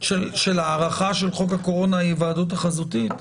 הארכה של חוק הקורונה, היוועדות חזותית?